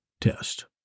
test